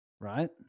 right